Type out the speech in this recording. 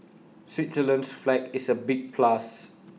Switzerland's flag is A big plus